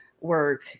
work